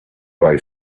boy